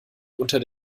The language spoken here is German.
unter